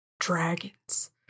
dragons